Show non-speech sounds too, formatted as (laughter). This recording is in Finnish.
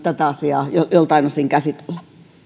(unintelligible) tätä asiaa joltain osin käsitellä